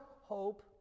hope